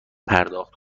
پرداخت